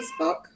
Facebook